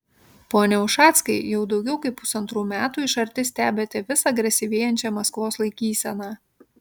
pone ušackai jau daugiau kaip pusantrų metų iš arti stebite vis agresyvėjančią maskvos laikyseną